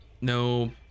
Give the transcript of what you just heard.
No